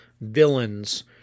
villains